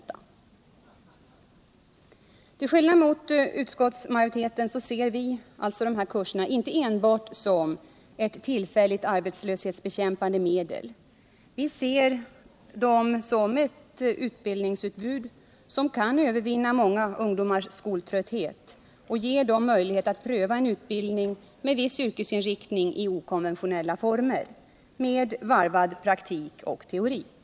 Till skillnad mot utskottets majoritet ser vi alltså inte dessa kurser enbart som ett tillfälligt arbetslöshetsbekämpande medel. Vi ser dem som ett utbildningsutbud som kan övervinna många ungdomars skoltrötthet och ge dem möjlighet att pröva en utbildning med viss yrkesinriktning i okonventionella former med praktik och teori varvat.